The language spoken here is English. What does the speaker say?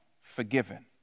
forgiven